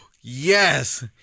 Yes